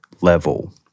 level